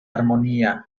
armonía